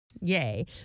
Yay